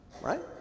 right